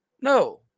No